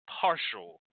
partial